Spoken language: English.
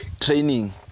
Training